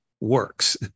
works